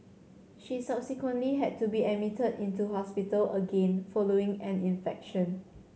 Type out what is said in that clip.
she subsequently had to be admitted into hospital again following an infection